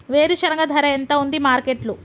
వేరుశెనగ ధర ఎంత ఉంది మార్కెట్ లో?